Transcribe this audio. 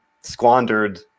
squandered